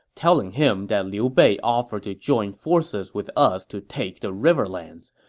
telling him that liu bei offered to join forces with us to take the riverlands.